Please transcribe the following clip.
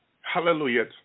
Hallelujah